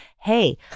hey